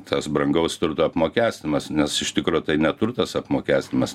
tas brangaus turto apmokestinimas nes iš tikro tai ne turtas apmokestinimas